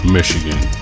Michigan